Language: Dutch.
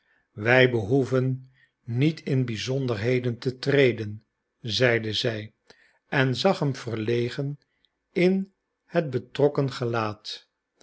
wij behoeven niet in bizonderheden te treden zeide zij en zag hem verlegen in het betrokken gelaat